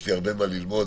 יש לי הרבה מה ללמוד,